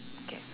okay